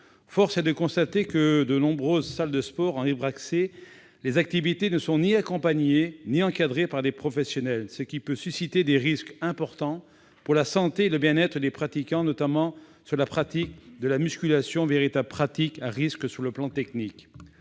Force est de constater que, dans de nombreuses salles de sport en libre accès, les activités ne sont ni accompagnées ni encadrées par des professionnels, ce qui peut susciter des risques importants pour la santé et le bien-être des pratiquants. Je pense en particulier à la musculation, véritable pratique à risque sur le plan technique.